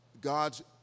God's